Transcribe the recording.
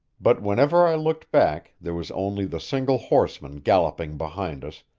but whenever i looked back there was only the single horseman galloping behind us,